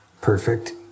Perfect